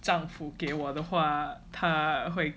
丈夫给我的话她会